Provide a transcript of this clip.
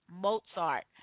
Mozart